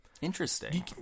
Interesting